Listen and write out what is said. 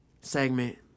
segment